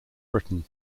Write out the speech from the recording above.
britain